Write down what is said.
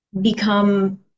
become